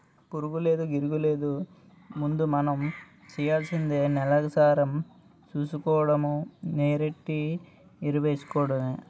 పురుగూలేదు, గిరుగూలేదు ముందు మనం సెయ్యాల్సింది నేలసారం సూసుకోడము, నీరెట్టి ఎరువేసుకోడమే